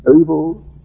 able